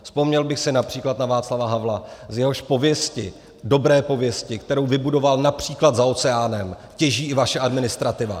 Vzpomněl bych si například na Václava Havla, z jehož pověsti, dobré pověsti, kterou vybudoval například za oceánem, těží i vaše administrativa.